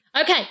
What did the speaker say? Okay